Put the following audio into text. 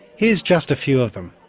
here's just a few of them.